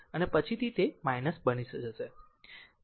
અને પછી તે બની જશે સમજાયું